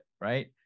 right